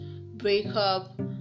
breakup